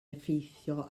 effeithio